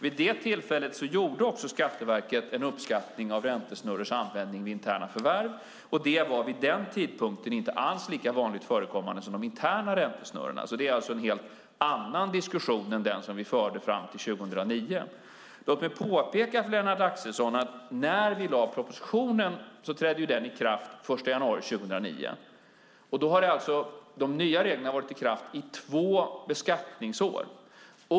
Vid det tillfället gjorde också Skatteverket en uppskattning av räntesnurrors användning vid externa förvärv, och de var vid den tidpunkten inte alls lika vanligt förekommande som de interna räntesnurrorna. Det är alltså en helt annan diskussion än den som vi förde fram till 2009. Låt mig påpeka för Lennart Axelsson att den proposition vi lade fram trädde i kraft den 1 januari 2009. De nya reglerna har alltså varit i kraft i två beskattningsår.